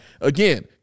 Again